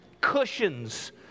cushions